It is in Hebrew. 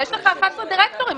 ויש לך 11 דירקטוריון.